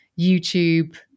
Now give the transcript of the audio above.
YouTube